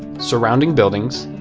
surrounding buildings,